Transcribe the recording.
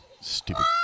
Stupid